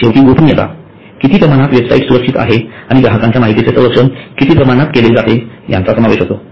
शेवटी गोपनीयता किती प्रमाणात वेबसाइट सुरक्षित आहे आणि ग्राहकांच्या माहितीचे संरक्षण किती प्रमाणात केले जाते याचा समावेश होतो